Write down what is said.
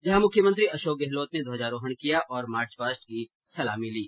जहां मुख्यमंत्री अशोक गहलोत ने ध्वजारोहण किया और मार्च पास्ट की सलामी ली